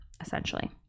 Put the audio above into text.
essentially